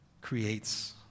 creates